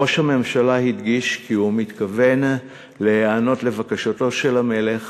ראש הממשלה הדגיש כי הוא מתכוון להיענות לבקשתו של המלך